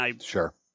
Sure